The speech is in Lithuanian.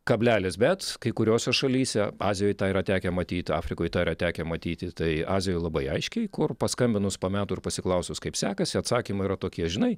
kablelis bet kai kuriose šalyse azijoj tą yra tekę matyt afrikoj tą yra tekę matyti tai azijoj labai aiškiai kur paskambinus po metų ir pasiklausus kaip sekasi atsakymai yra tokie žinai